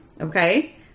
Okay